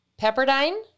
Pepperdine